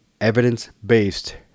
evidence-based